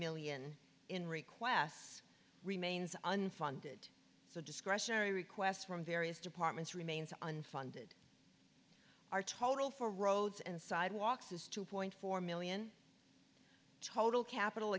million in requests remains unfunded so discretionary requests from various departments remains unfunded our total for roads and sidewalks is two point four million total capital